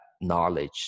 knowledge